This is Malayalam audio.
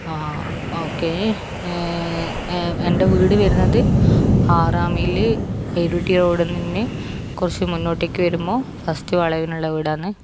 ആഹ് ഓക്കെ എൻ്റെ വീട് വരുന്നത് ആറാം മൈലിൽ ഇരുട്ടി റോഡിൽ നിന്ന് കുറച്ചു മുന്നോട്ടേക്ക് വരുമ്പോൾ ഫസ്റ്റ് വളവിനുള്ള വീടാന്ന്